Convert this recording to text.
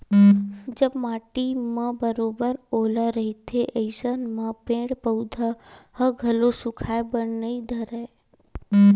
जब माटी म बरोबर ओल रहिथे अइसन म पेड़ पउधा ह घलो सुखाय बर नइ धरय